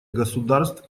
государств